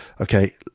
Okay